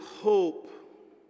hope